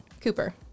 Cooper